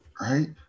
Right